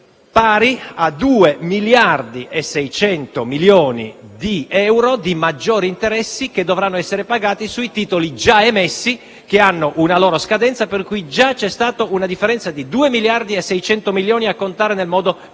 pari a 2,6 miliardi di euro di maggiori interessi che dovranno essere pagati sui titoli già emessi, che hanno una loro scadenza, per cui già c'è stata una differenza di 2,6 miliardi, a contare nel modo più